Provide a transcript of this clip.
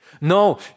No